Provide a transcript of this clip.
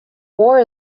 war